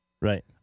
Right